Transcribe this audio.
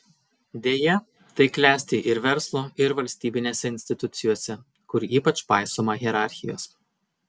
deja tai klesti ir verslo ir valstybinėse institucijose kur ypač paisoma hierarchijos